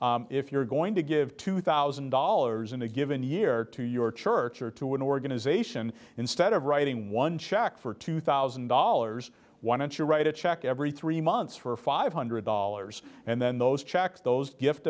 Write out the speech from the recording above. idea if you're going to give two thousand dollars in a given year to your church or to an organization instead of writing one check for two thousand dollars why don't you write a check every three months for five hundred dollars and then those checks those gift